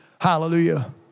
Hallelujah